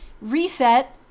reset